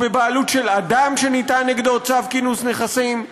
או בבעלות של אדם שניתן נגדו צו כינוס נכסים.